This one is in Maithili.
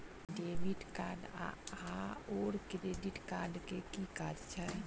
डेबिट कार्ड आओर क्रेडिट कार्ड केँ की काज छैक?